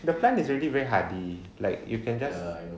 the plant is already very hardy like you can just